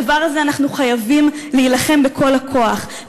בדבר הזה אנחנו חייבים להילחם בכל הכוח.